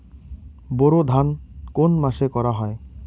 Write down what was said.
বোরো ধান কোন মাসে করা হয়?